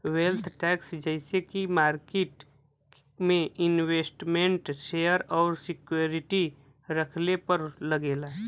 wealth tax जइसे की market में इन्वेस्टमेन्ट शेयर और सिक्योरिटी रखले पर लगेला